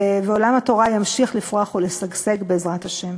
ועולם התורה ימשיך לפרוח ולשגשג, בעזרת השם.